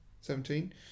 Seventeen